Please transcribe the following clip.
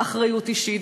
אחריות אישית,